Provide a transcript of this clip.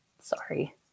sorry